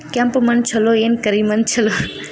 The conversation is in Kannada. ಕೆಂಪ ಮಣ್ಣ ಛಲೋ ಏನ್ ಕರಿ ಮಣ್ಣ ಛಲೋ?